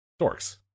Dorks